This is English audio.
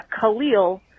Khalil